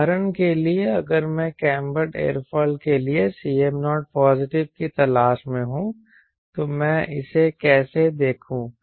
उदाहरण के लिए अगर मैं एक कैंबर्ड एयरफॉयल के लिए Cm0 पॉजिटिव की तलाश में हूं तो मैं इसे कैसे देखूं